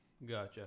Gotcha